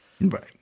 right